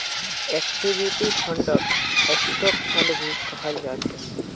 equity फंडक stock fund भी कहाल जा छे